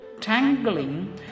tangling